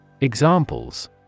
Examples